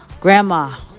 Grandma